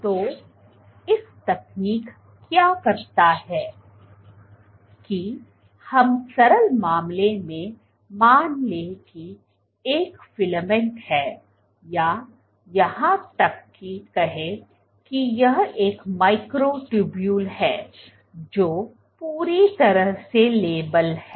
तो इस तकनीक क्या करता है कि हम सरल मामले में मान ले कि एक फिलामेंट है या यहां तक कि कहे कि यह एक microtubule है जो पूरी तरह से लेबल है